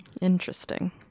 Interesting